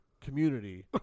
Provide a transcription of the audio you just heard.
community